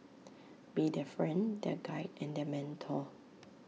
be their friend their guide and their mentor